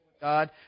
God